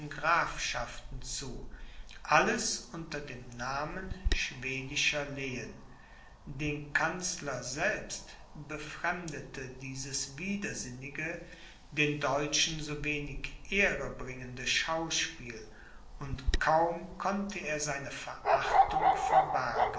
grafschaften zu alles unter dem namen schwedischer lehen den kanzler selbst befremdete dieses widersinnige den deutschen so wenig ehre bringende schauspiel und kaum konnte er seine verachtung